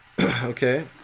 Okay